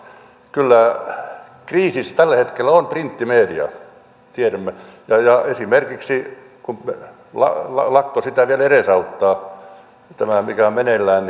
kyllä kriisissä tällä hetkellä on printtimedia sen tiedämme kun esimerkiksi lakko sitä vielä edesauttaa tämä mikä on meneillään